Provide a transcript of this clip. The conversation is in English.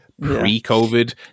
pre-COVID